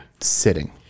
Sitting